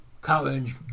college